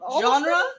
Genre